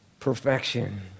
Perfection